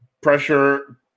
Pressure